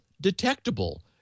detectable